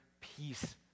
peace